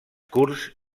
curts